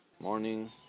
Morning